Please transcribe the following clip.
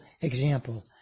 example